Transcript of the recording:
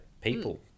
people